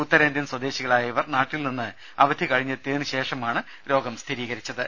ഉത്തരേന്ത്യൻ സ്വദേശികളായ ഇവർ നാട്ടിൽ നിന്ന് അവധി കഴിഞ്ഞെത്തിയതിന് ശേഷമാണ് രോഗം സ്ഥിരീകരിച്ചത്